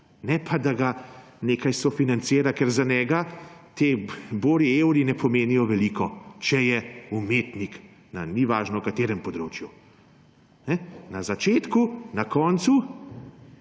ne pa, da ga nekaj sofinancira. Ker za njega ti bori evri ne pomenijo veliko, če je umetnik, ni važno na katerem področju. Na začetku, na koncu